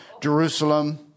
Jerusalem